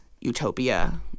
utopia